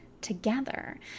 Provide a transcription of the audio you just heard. together